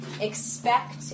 expect